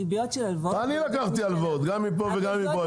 ריביות של הלוואות --- אני לקחתי הלוואות גם מפה וגם מפה,